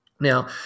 Now